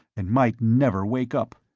and might never wake up!